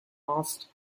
mast